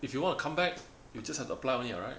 if you want to come back you just have to apply only [what] right